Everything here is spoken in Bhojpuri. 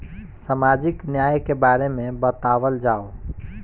सामाजिक न्याय के बारे में बतावल जाव?